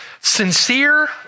Sincere